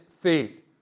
feet